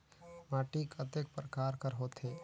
माटी कतेक परकार कर होथे?